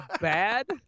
bad